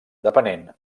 depenent